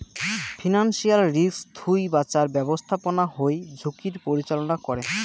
financial risk থুই বাঁচার ব্যাপস্থাপনা হই ঝুঁকির পরিচালনা করে